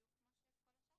בדיוק כמו שכל השאר קיבלו.